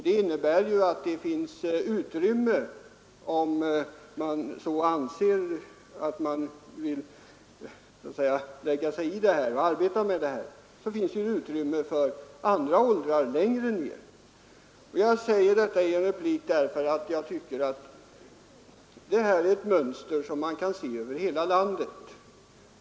Det innebär att om studieförbunden vill fortsätta med att driva denna verksamhet finns det utrymme för dem att göra det. De kan ta hand om barn i lägre åldrar. Jag säger det här därför att jag tycker detta är ett mönster som man kan se över hela landet.